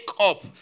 up